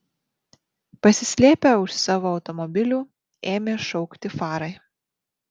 pasislėpę už savo automobilių ėmė šaukti farai